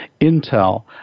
Intel